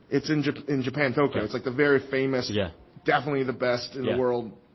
it's in japan in japan tokyo. it's like the very famous, yeah definitely the best in the world.